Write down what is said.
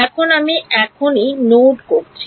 এখন আমি এখনই নোড করছি